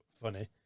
funny